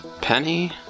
Penny